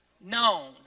known